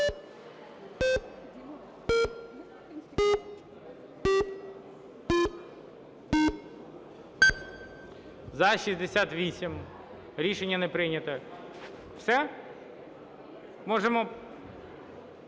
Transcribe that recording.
За-68 Рішення не прийнято. Все? Шкрум